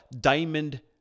diamond